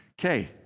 Okay